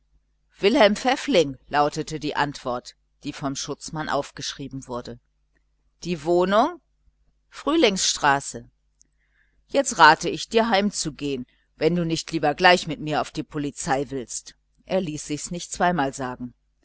wilhelm pfäffling lautete die antwort die vom schutzmann aufgeschrieben wurde die wohnung frühlingsstraße jetzt rate ich dir heim zu gehen wenn du nicht lieber gleich mit mir auf die polizei willst er ließ sich's nicht zweimal sagen